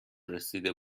رسیده